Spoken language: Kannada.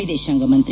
ವಿದೇಶಾಂಗ ಮಂತ್ರಿ